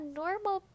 normal